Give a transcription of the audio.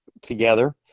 together